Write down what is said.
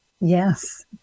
Yes